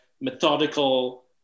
methodical